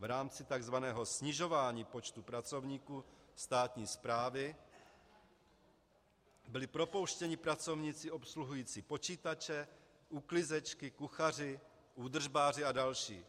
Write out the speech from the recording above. V rámci tzv. snižování počtu pracovníků státní správy byli propouštěni pracovníci obsluhující počítače, uklízečky, kuchaři, údržbáři a další.